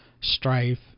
Strife